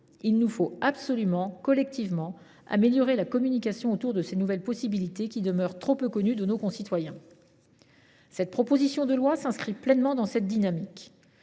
Il nous faut absolument, collectivement, améliorer la communication sur ces nouvelles possibilités, qui demeurent trop peu connues de nos concitoyens. Cette proposition de loi s’inscrit pleinement dans cette dynamique.